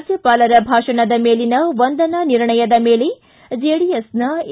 ರಾಜ್ಯಪಾಲರ ಭಾಷಣದ ಮೇಲಿನ ವಂದನಾ ನಿರ್ಣಯದ ಮೇಲೆ ಜೆಡಿಎಸ್ನ ಎ